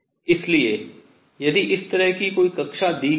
इसलिए यदि इस तरह की कोई कक्षा दी गई है